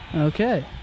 Okay